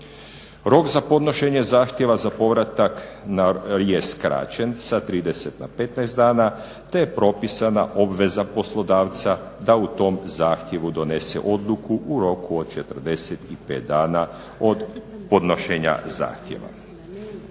Rok za podnošenje zahtjeva na povratak je skraćen sa 30 na 15 dana te je propisana obveza poslodavca da u tom zahtjevu donese odluku u roku od 45 dana od podnošenja zahtjeva.